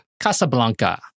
Casablanca